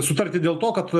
sutarti dėl to kad